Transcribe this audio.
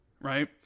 Right